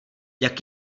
jak